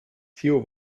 theo